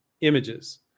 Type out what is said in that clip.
images